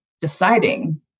deciding